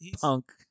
punk